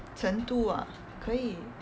成都 ah 可以